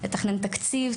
לתכנן תקציב,